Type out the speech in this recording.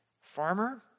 farmer